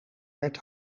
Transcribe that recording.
werd